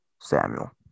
Samuel